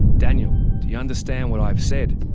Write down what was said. daniel, do you understand what i have said?